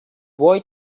boy